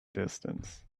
distance